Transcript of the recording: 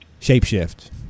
shapeshift